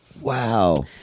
wow